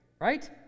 right